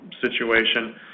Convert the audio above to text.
situation